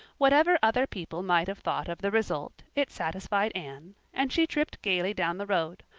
whatever other people might have thought of the result it satisfied anne, and she tripped gaily down the road,